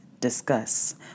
discuss